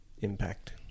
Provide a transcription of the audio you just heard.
impact